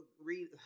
read